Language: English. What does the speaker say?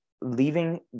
leaving